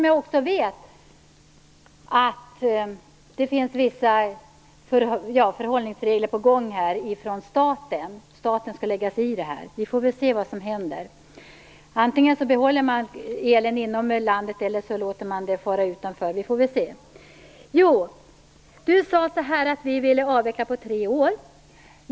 Jag vet ju att det finns vissa förhållningsregler på gång från staten, att staten skall lägga sig i det här. Vi får se vad som händer. Antingen behåller man elen inom landet, eller också låter man den fara utanför landet. Dan Ericsson sade att vi ville avveckla på tre år.